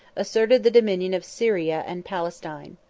asserted the dominion of syria and palestine.